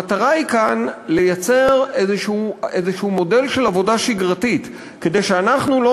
המטרה כאן היא לייצר מודל של עבודה שגרתית כדי שאנחנו לא